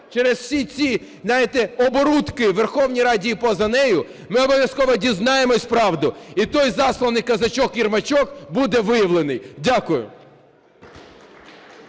через всі ці, знаєте, оборудки, у Верховній Раді і поза нею, ми обов'язково дізнаємося правду. І той "засланий козачок-єрмачок" буде виявлений. Дякую.